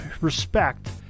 respect